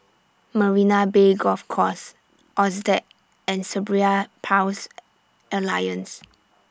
Marina Bay Golf Course Altez and Cerebral Palsy Alliance